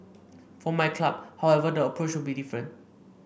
for my club however the approach will be different